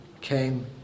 came